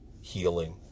healing